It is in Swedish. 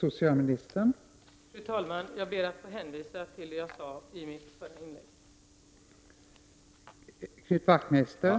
Fru talman! Jag ber att få hänvisa till vad jag sade i mitt första anförande.